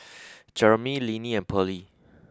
Jeremey Linnie and Pearlie